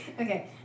Okay